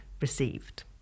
received